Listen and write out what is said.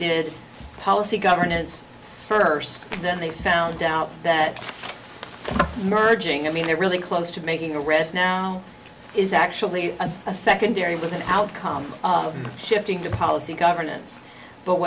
did policy governance first and then they found out that merging i mean they're really close to making arrests now is actually a secondary was an outcome of shifting to policy governance but